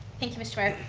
thank you, mr. mayor.